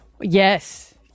Yes